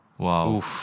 Wow